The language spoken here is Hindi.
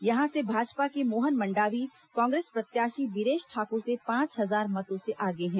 यहां से भाजपा के मोहन मंडावी कांग्रेस प्रत्याशी बीरेश ठाकुर से पांच हजार मतों से आगे हैं